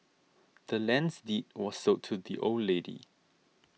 the land's deed was sold to the old lady